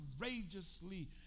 courageously